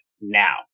now